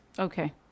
Okay